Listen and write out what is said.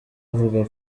avuga